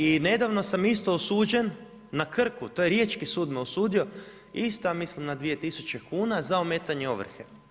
I nedavno sam isto osuđen na Krku, to je riječki sud me osudio, isto ja mislim na 2000 kuna za ometanje ovrhe.